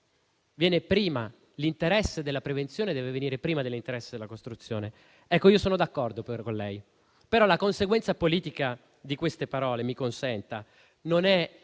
ovvero che l'interesse della prevenzione deve venire prima dell'interesse della costruzione. Ecco, sono d'accordo con lei, però la conseguenza politica di queste parole, mi consenta, non è